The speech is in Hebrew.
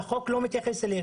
שהחוק לא מתייחס אליהם.